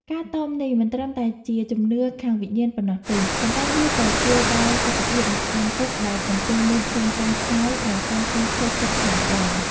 ការតមនេះមិនត្រឹមតែជាជំនឿខាងវិញ្ញាណប៉ុណ្ណោះទេ ប៉ុន្តែវាក៏ជួយដល់សុខភាពអ្នកកាន់ទុក្ខដែលកំពុងមានរាងកាយខ្សោយដោយសារការខូចចិត្តខ្លាំងដែរ។